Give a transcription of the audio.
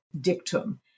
dictum